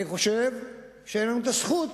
אני חושב שאין לנו הזכות